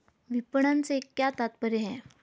विपणन से क्या तात्पर्य है?